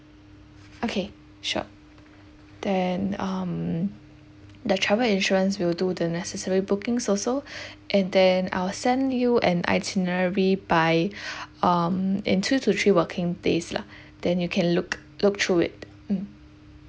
okay sure then um the travel insurance will do the necessary bookings also and then I'll send you an itinerary by um in two to three working days lah then you can look look through it mm